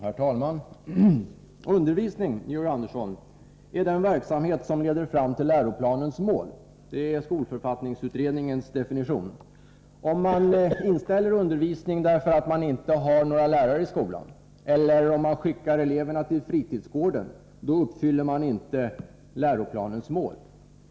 Herr talman! Undervisning, Georg Andersson, är den verksamhet som leder fram till läroplanens mål. Det är skolförfattningsutredningens definition. Om man inställer undervisning, därför att man inte har några lärare i skolan, eller om man skickar eleverna till fritidsgården, uppfyller man inte läroplanens mål.